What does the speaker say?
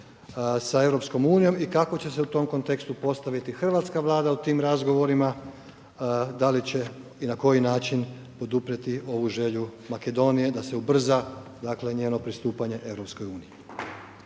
sa EU i kako će se u tome kontekstu postaviti hrvatska Vlada u tim razgovorima, da li će i na koji način poduprijeti ovu želju Makedonije da se ubrza, dakle, njeno pristupanje EU.